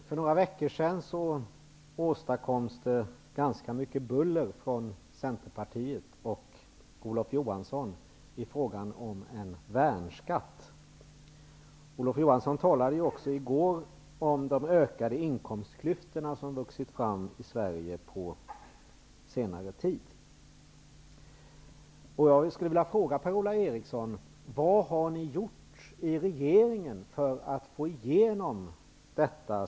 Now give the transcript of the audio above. För några veckor sedan åstadkomms ganska mycket buller från Centerpartiet och Olof Johansson talade också i går om de ökade inkomstklyftor som vuxit fram i Sverige på senare tid.